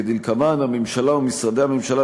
כדלקמן: הממשלה ומשרדי הממשלה,